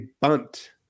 bunt